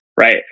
Right